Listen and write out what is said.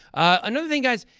another thing, guys.